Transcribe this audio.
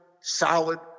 solid